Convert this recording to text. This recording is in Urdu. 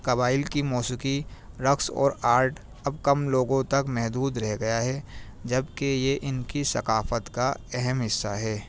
قبائل کی موسیقی رقص اور آرٹ اب کم لوگوں تک محدود رہ گیا ہے جب کہ یہ ان کی ثقافت کا اہم حصہ ہے